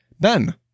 Ben